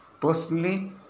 personally